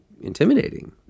intimidating